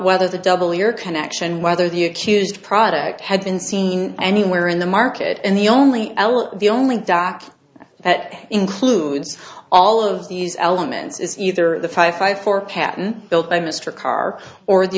whether the double ear connection whether the accused product had been seen anywhere in the market and the only l the only doc that includes all of these elements is either the five five four patent built by mr karr or the